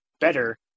better